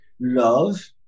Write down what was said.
love